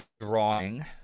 drawing